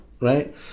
right